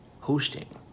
Hosting